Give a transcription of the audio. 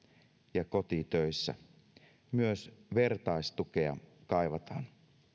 ja kotitöissä myös vertaistukea kaivataan